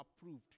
approved